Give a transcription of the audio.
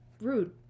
rude